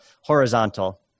horizontal